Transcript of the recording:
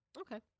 Okay